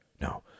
No